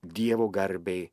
dievo garbei